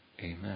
Amen